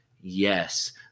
Yes